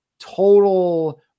Total